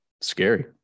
scary